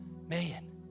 Man